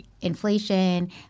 inflation